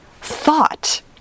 thought